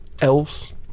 elves